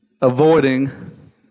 avoiding